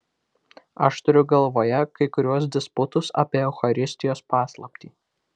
aš turiu galvoje kai kuriuos disputus apie eucharistijos paslaptį